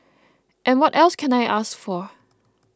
and what else can I ask for